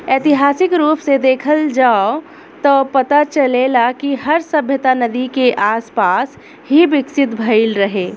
ऐतिहासिक रूप से देखल जाव त पता चलेला कि हर सभ्यता नदी के आसपास ही विकसित भईल रहे